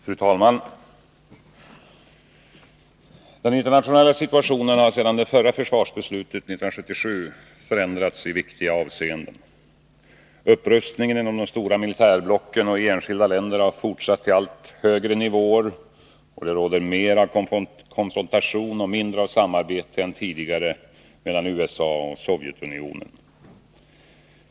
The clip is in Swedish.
Fru talman! Den internationella situationen har sedan det förra försvarsbeslutet 1977 i viktiga avseenden förändrats. Upprustningen inom de stora militärblocken och i enskilda länder har fortsatt till allt högre nivåer. Det råder mer av konfrontation och mindre av samarbete än tidigare mellan USA och Sovjetunionen.